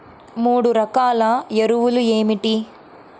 మూడు రకాల ఎరువులు ఏమిటి?